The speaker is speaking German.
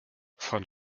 von